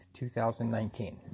2019